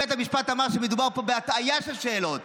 בית המשפט אמר שמדובר פה בהטעיה בשאלות.